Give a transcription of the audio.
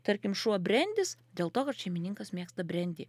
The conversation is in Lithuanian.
tarkim šuo brendis dėl to kad šeimininkas mėgsta brendį